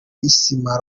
isima